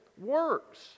works